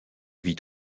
vit